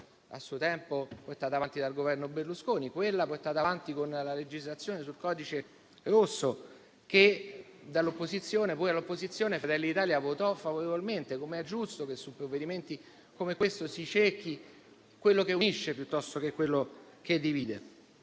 a suo tempo portata avanti dal governo Berlusconi, a quella portata avanti con la legislazione sul "codice rosso" che, pur dall'opposizione, Fratelli d'Italia approvò, perché è giusto che su provvedimenti come questo si cerchi ciò che unisce piuttosto che ciò che divide.